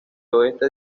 oeste